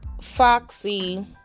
Foxy